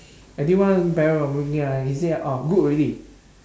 I did one parallel parking ah he say orh good already